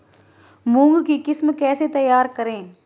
मूंग की किस्म कैसे तैयार करें?